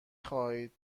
خواهید